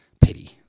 pity